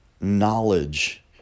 knowledge